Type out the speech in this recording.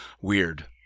weird